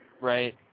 Right